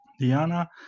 Diana